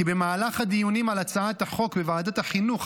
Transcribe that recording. כי במהלך הדיונים על הצעת החוק בוועדת החינוך,